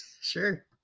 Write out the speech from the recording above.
Sure